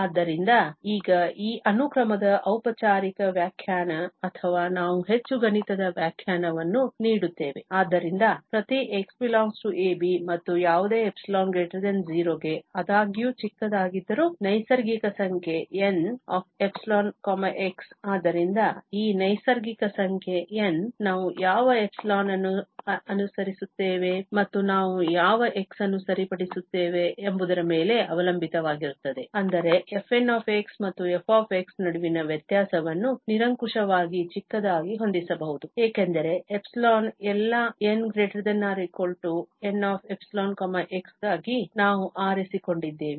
ಆದ್ದರಿಂದ ಈಗ ಈ ಅನುಕ್ರಮದ ಔಪಚಾರಿಕ ವ್ಯಾಖ್ಯಾನ ಅಥವಾ ನಾವು ಹೆಚ್ಚು ಗಣಿತದ ವ್ಯಾಖ್ಯಾನವನ್ನು ನೀಡುತ್ತೇವೆ ಆದ್ದರಿಂದ ಪ್ರತಿ x ∈ a b ಮತ್ತು ಯಾವುದೇ ϵ 0 ಗೆ ಆದಾಗ್ಯೂ ಚಿಕ್ಕದಾಗಿದ್ದರೂ ನೈಸರ್ಗಿಕ ಸಂಖ್ಯೆ Nϵ x ಆದ್ದರಿಂದ ಈ ನೈಸರ್ಗಿಕ ಸಂಖ್ಯೆ N ನಾವು ಯಾವ ϵ ಅನ್ನು ಆರಿಸುತ್ತೇವೆ ಮತ್ತು ನಾವು ಯಾವ x ಅನ್ನು ಸರಿಪಡಿಸುತ್ತೇವೆ ಎಂಬುದರ ಮೇಲೆ ಅವಲಂಬಿತವಾಗಿರುತ್ತದೆ ಅಂದರೆ fn ಮತ್ತು f ನಡುವಿನ ವ್ಯತ್ಯಾಸವನ್ನು ನಿರಂಕುಶವಾಗಿ ಚಿಕ್ಕದಾಗಿ ಹೊಂದಿಸಬಹುದು ಏಕೆಂದರೆ ϵ ಎಲ್ಲಾ n≥ Nϵ x ಗಾಗಿ ನಾವು ಆರಿಸಿಕೊಂಡಿದ್ದೇವೆ